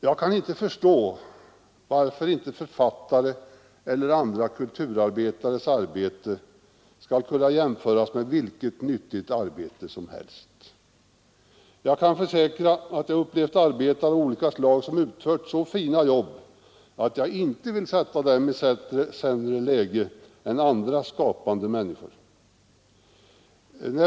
Jag kan inte förstå varför inte författares eller andra kulturpersonligheters arbete skall kunna jämföras med vilket nyttigt arbete som helst. Jag kan försäkra att jag upplevt hur arbetare av olika slag har utfört Si na jobb att jag inte vill sätta dem i sämre läge än andra skapande människor.